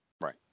Right